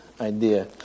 idea